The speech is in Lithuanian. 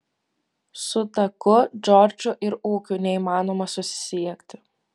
su taku džordžu ir ūkiu neįmanoma susisiekti